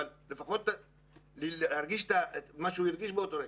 אבל לפחות להרגיש את מה שהוא הרגיש באותו רגע.